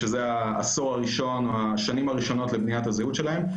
שזה העשור הראשון או השנים הראשונות לבניית הזהות שלהם,